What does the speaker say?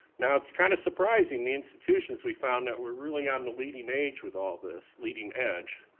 now, it's kind of surprising, the institutions we found that were really on the leading age with all this, leading edge.